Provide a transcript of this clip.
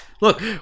look